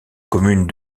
commune